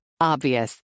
Obvious